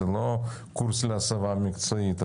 זה לא קורס להסבה מקצועית.